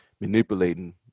manipulating